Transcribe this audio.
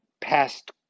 past